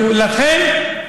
לכן,